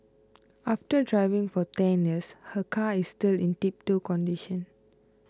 after driving for ten years her car is still in tiptop condition